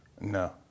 No